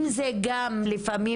אם זה גם לפעמים,